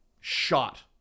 shot